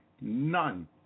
None